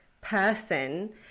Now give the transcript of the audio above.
person